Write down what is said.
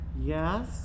yes